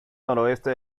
noroeste